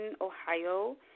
Ohio